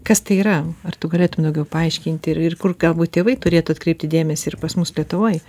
kas tai yra ar tu galėtum daugiau paaiškinti ir ir kur galbūt tėvai turėtų atkreipti dėmesį ir pas mus lietuvoj